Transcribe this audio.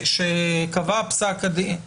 כלומר,